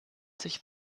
sich